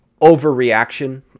overreaction